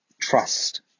Trust